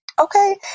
okay